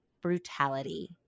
brutality